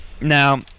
Now